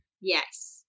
Yes